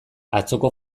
atzoko